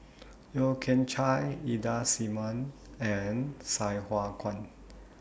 Yeo Kian Chye Ida Simmon and Sai Hua Kuan